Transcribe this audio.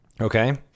Okay